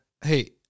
hey